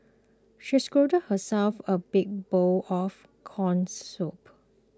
she scooped herself a big bowl of Corn Soup